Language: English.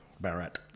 Barrett